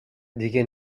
دیگه